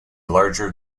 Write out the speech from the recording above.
larger